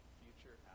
future